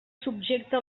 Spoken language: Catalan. subjecte